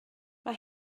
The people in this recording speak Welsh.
mae